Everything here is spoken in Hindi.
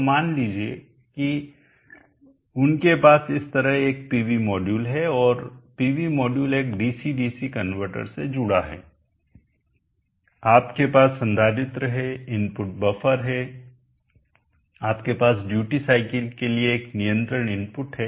तो मान लीजिए कि उनके पास इस तरह एक पीवी मॉड्यूल है और पीवी मॉड्यूल एक डीसी डीसी कनवर्टर से जुड़ा हुआ है आपके पास संधारित्र है इनपुट बफर है आपके पास ड्यूटी साइकिल के लिए एक नियंत्रण इनपुट है